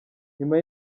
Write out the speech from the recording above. nyuma